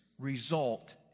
result